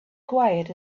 quiet